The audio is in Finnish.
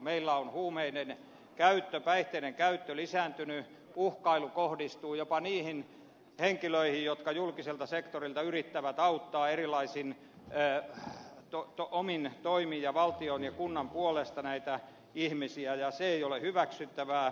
meillä on huumeiden käyttö päihteiden käyttö lisääntynyt uhkailu kohdistuu jopa niihin henkilöihin jotka julkiselta sektorilta yrittävät auttaa erilaisin omin toimin ja valtion ja kunnan puolesta näitä ihmisiä ja se ei ole hyväksyttävää